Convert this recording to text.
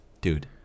dude